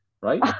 right